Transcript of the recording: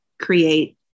create